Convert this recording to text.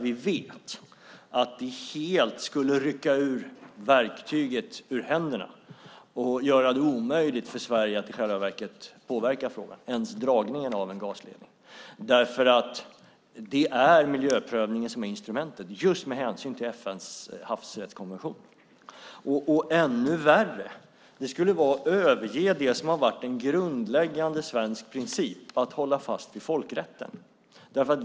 Vi vet att det helt skulle rycka verktyget ur våra händer och göra det omöjligt för Sverige att i själva verket påverka ens dragningen av gasledningen. Det är miljöprövningen som är instrumentet, just med hänsyn till FN:s havsrättskonvention. Ännu värre är att det skulle vara att överge det som har varit en grundläggande svensk princip, nämligen att hålla fast vid folkrätten.